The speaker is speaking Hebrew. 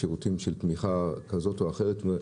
שירותים של תמיכה כזאת או אחרת.